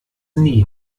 nie